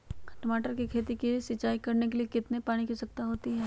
टमाटर की खेती के लिए सिंचाई करने के लिए कितने पानी की आवश्यकता होती है?